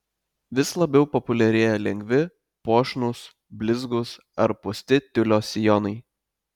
vis labiau populiarėja lengvi puošnūs blizgūs ar pūsti tiulio sijonai